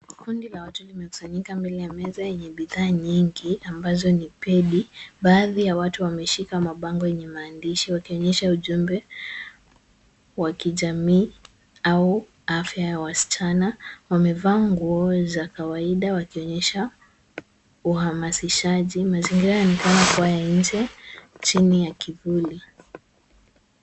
Kundi la watu limekusanyika mbele ya meza yenye bidhaa nyingi ambazo ni pedi. Baadhi ya watu wameshika mabango yenye maandishi wakionyesha ujumbe wa kijamii au afya ya wasichana. Wamevaa nguo za kawaida wakionyesha uhamasishaji. Mazingira yanaonekana kuwa ya nje, chini ya kivuli.